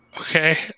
Okay